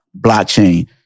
blockchain